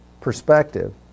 perspective